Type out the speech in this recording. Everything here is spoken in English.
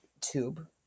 tube